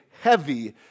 Heavy